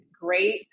great